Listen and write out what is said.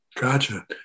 Gotcha